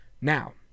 Now